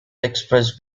express